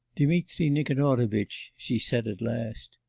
dmitri nikanorovitch she said at last.